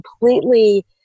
completely